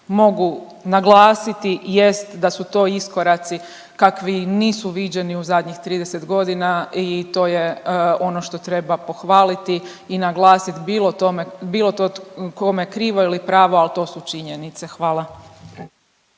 mogu naglasiti jest da su to iskoraci kakvi nisu viđeni u zadnjih 30 godina i to je ono što treba pohvaliti i naglasiti, bilo tome, bilo to kome krivo ili pravo, ali to su činjenice. Hvala.